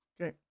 Okay